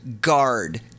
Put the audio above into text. guard